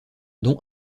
don